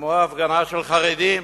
כמו ההפגנה של חרדים